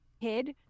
kid